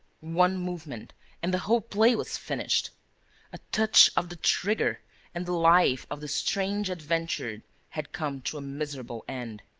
one movement and the whole play was finished a touch of the trigger and the life of the strange adventurer had come to a miserable end.